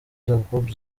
jacob